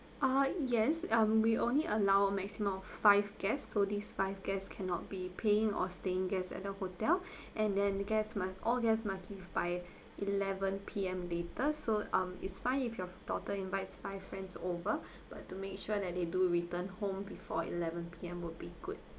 ah yes um we only allow a maximum of five guests so these five guests cannot be paying or staying guests at the hotel and then guest must all guests must leave by eleven P_M later so um is fine if your daughter invites five friends over but to make sure that they do returned home before eleven P_M would be good